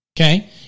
okay